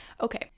okay